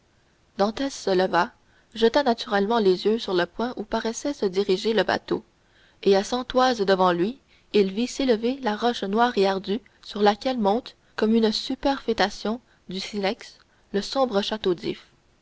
se leva jeta naturellement les yeux sur le point où paraissait se diriger le bateau et à cent toises devant lui il vit s'élever la roche noire et ardue sur laquelle monte comme une superfétation du silex le sombre château d'if